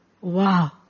Wow